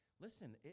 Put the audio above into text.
Listen